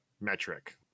metric